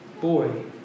boy